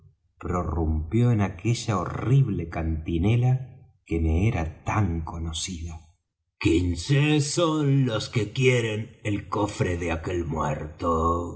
punto prorrumpió en aquella horrible cantinela que me era tan conocida son quince los que quieren el cofre de aquel muerto